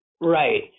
Right